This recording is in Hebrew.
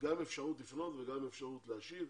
גם אפשרות לפנות וגם אפשרות להשיב.